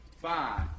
Five